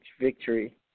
victory